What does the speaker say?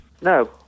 No